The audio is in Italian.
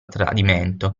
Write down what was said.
tradimento